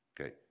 Okay